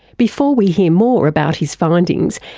before we hear more about his findings,